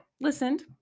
listened